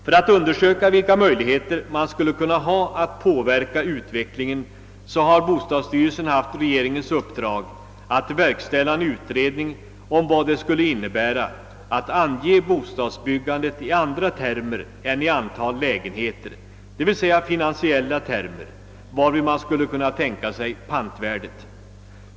För att undersöka vilka möjligheter man skulle kunna ha att påverka utvecklingen har bostadsstyrelsen fått regeringens uppdrag att utreda vad det skulle innebära att ange bostadsbyggandet i andra termer än antal lägenheter, nämligen i finansiella termer, varvid man skulle kunna tänka sig pantvärdet.